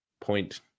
point